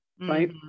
right